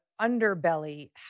underbelly